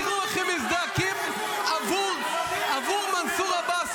תראו איך הם מזדעקים עבור מנסור עבאס,